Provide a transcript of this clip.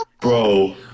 Bro